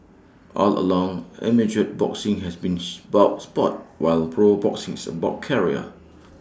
all along amateur boxing has been spout Sport while pro boxing is about career